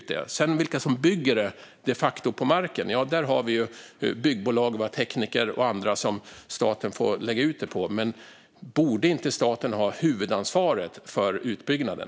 När det sedan gäller vilka som de facto bygger det på marken har vi ju byggbolag, tekniker och andra som staten får lägga ut arbetet på, men borde inte staten ha huvudansvaret för utbyggnaden?